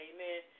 Amen